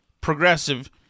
progressive